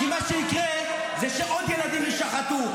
כי מה שיקרה זה שעוד ילדים יישחטו,